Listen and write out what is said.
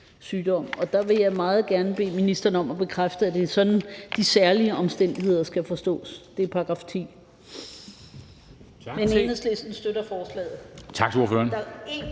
Og der vil jeg meget gerne bede ministeren om at bekræfte, at det er sådan, de særlige omstændigheder skal forstås – det er § 10.